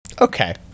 okay